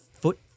foot